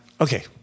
Okay